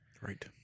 Right